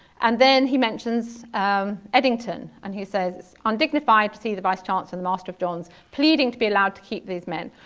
and then he mentions eddington, and he says, undignified to see the vice chancellor and the master of john's pleading to be allowed to keep these men.